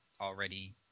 already